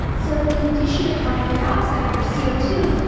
so in addition to carbon dioxide, or c o two,